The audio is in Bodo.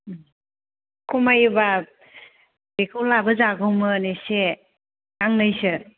उम खमायोब्ला बेखौ लाबो जागौमोन एसे गांनैसो